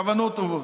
כוונות טובות.